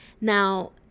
Now